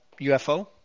UFO